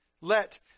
Let